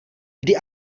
kdy